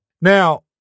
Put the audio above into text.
Now